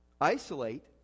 isolate